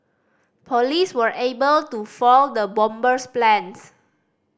police were able to foil the bomber's plans